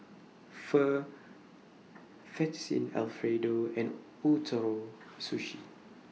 Pho Fettuccine Alfredo and Ootoro Sushi